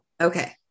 Okay